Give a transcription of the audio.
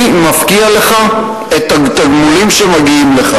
אני מפקיע לך את התגמולים שמגיעים לך.